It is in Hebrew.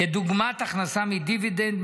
כדוגמת הכנסה מדיווידנד,